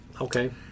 Okay